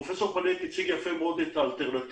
פרופ' פנט הציג יפה מאוד את האלטרנטיבות.